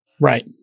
Right